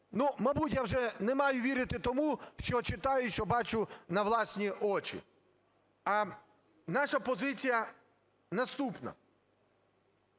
мабуть, я вже не маю вірити тому, що читаю і що бачу на власні очі. Наша позиція наступна.